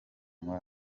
muri